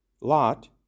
Lot